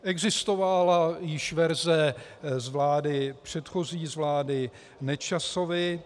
Existovala již verze z vlády předchozí, z vlády Nečasovy.